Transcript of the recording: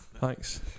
Thanks